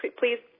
please